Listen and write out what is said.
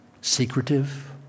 secretive